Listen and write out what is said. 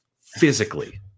physically